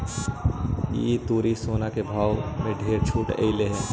इस तुरी सोना के भाव में ढेर छूट अएलई हे